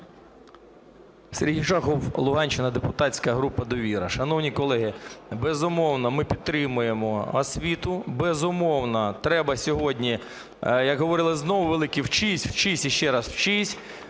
Сергій Шахов, Луганщина, депутатська група "Довіра". Шановні колеги, безумовно, ми підтримуємо освіту, безумовно, треба сьогодні, як говорили знову великі – вчися, вчися і ще раз вчися.